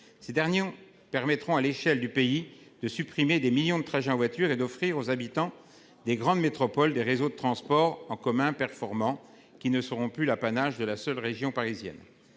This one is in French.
ces derniers permettront à l'échelle du pays, de supprimer des millions de trajets en voiture et d'offrir aux habitants des grandes métropoles des réseaux de transport en commun performant qui ne seront plus l'apanage de la seule région parisienne,